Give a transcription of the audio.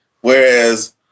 Whereas